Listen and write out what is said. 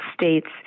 States